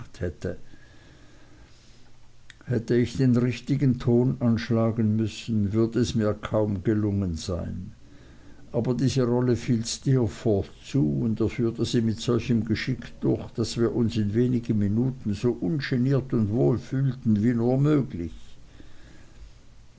hätte hätte ich den richtigen ton anschlagen müssen würde es mir kaum gelungen sein aber diese rolle fiel steerforth zu und er führte sie mit solchem geschick durch daß wir uns in wenigen minuten so ungeniert und wohl fühlten wie nur möglich